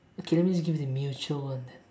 okay let me just give you the mutual one then